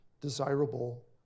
desirable